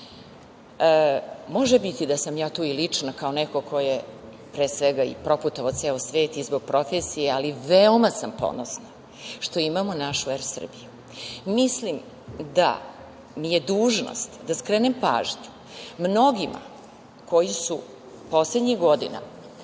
biti da sam ja tu i lična kao neko ko je pre svega i proputovao ceo svet zbog profesije, ali veoma sam ponosna što imamo našu „Er Srbiju“. Mislim da mi je dužnost da skrenem pažnju mnogima koji su poslednjih godina,